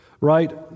right